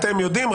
אתם יודעים,